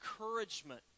encouragement